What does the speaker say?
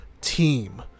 team